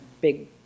big